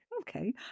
Okay